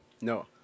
No